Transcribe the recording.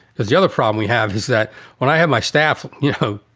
because the other problem we have is that when i have my staff, you know,